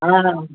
हा